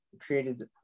created